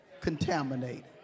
contaminated